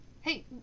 Hey